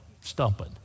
stumping